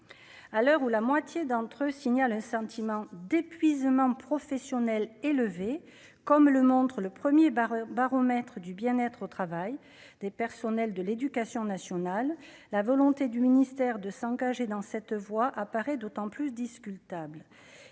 à l'heure où la moitié d'entre eux signalent un sentiment d'épuisement professionnel élevé comme le montre le premier bar baromètre du bien-être au travail des personnels de l'éducation nationale, la volonté du ministère, de s'engager dans cette voie apparaît d'autant plus discutable,